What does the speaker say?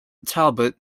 talbot